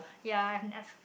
ya I've never